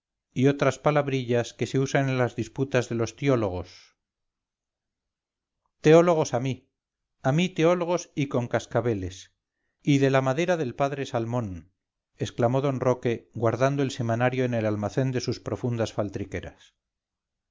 y otras palabrillas que se usan en las disputas de los tiólogos teólogos a mí a mí teólogos y con cascabeles y de la madera del padre salmón exclamó d roque guardando el semanario en el almacén de sus profundas